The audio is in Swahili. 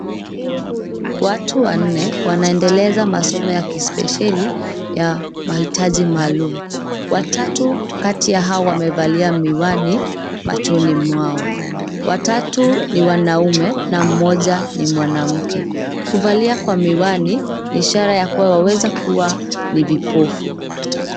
Watu wanne wanaendeleza masomo ya kispesheli ya mahitaji maalum. Watatu kati yao wamevalia miwani machoni mwao. Watatu ni wanaume na mmoja ni mwanamke. Kuvalia kwa miwani ni ishara ya kuwa waweza kuwa ni vipofu.